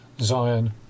zion